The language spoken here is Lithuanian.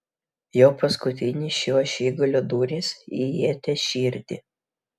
jau paskutinis šio ašigalio dūris į ieties širdį